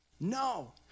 No